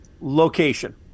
location